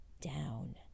down